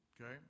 Okay